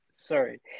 Sorry